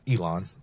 Elon